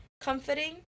comforting